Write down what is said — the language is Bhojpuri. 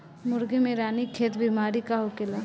मुर्गी में रानीखेत बिमारी का होखेला?